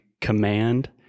command